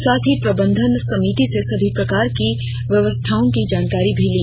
साथ ही प्रबंधन समिति से सभी प्रकार के व्यवस्थाओं की जानकारी भी ली